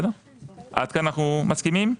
עד כאן אנחנו מסכימים?